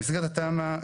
במסגרת התמ"א,